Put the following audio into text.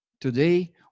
Today